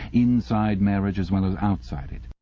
inside marriage as well as outside it.